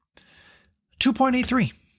2.83